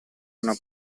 una